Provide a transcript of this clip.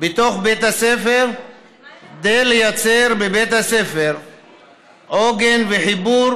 בתוך בית הספר כדי לייצר בבית הספר עוגן וחיבור